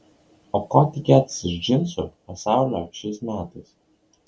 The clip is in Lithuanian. o ko tikėtis iš džinsų pasaulio šiais metais